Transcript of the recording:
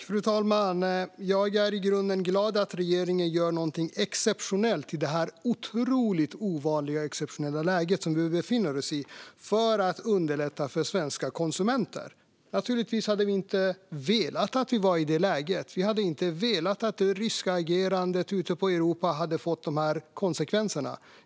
Fru talman! Jag är i grunden glad att regeringen i det otroligt ovanliga, exceptionella läge som vi befinner oss i gör något exceptionellt för att underlätta för svenska konsumenter. Naturligtvis vill vi inte vara i detta läge. Vi har inte velat att det ryska agerandet i Europa skulle leda till de här konsekvenserna.